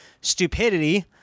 stupidity